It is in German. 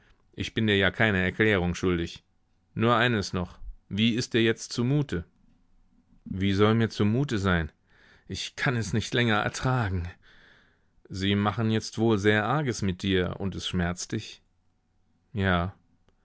ich bin dir ja keine erklärung schuldig nur eines noch wie ist dir jetzt zumute wie soll mir zumute sein ich kann es nicht länger ertragen sie machen jetzt wohl sehr arges mit dir und es schmerzt dich ja